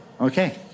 Okay